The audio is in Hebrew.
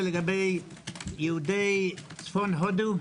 לגבי יהודי צפון הודו,